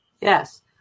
yes